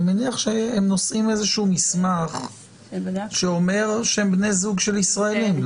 אני מניח שהם נושאים איזשהו מסמך שאומר שהם בני זוג של ישראלים,